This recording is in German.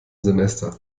semester